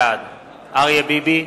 בעד אריה ביבי,